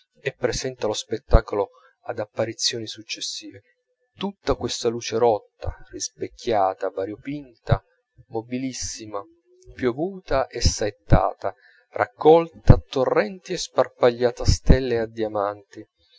e presenta lo spettacolo ad apparizioni successive tutta questa luce rotta rispecchiata variopinta mobilissima piovuta e saettata raccolta a torrenti e sparpagliata a stelle e a diamanti